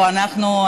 לא אנחנו,